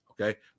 okay